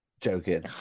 joking